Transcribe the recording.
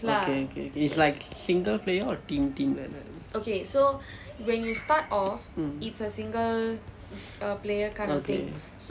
okay it's like single player or team team like that